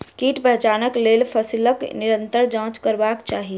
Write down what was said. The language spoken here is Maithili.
कीट पहचानक लेल फसीलक निरंतर जांच करबाक चाही